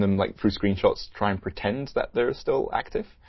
them, like through screenshots, try and pretend that they're still active.